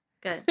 Good